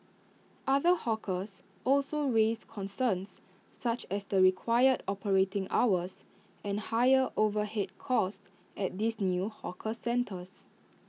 other hawkers also raised concerns such as the required operating hours and higher overhead costs at these new hawker centres